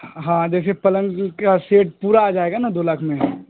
ہاں جیسے پلنگ کا سیٹ پورا آ جائے گا نہ دو لاکھ میں